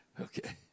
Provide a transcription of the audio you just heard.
Okay